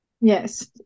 yes